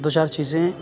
دو چار چیزیں